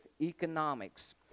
economics